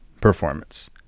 performance